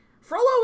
Frollo